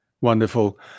Wonderful